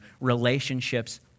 relationships